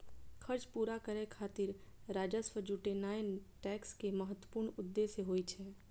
खर्च पूरा करै खातिर राजस्व जुटेनाय टैक्स के महत्वपूर्ण उद्देश्य होइ छै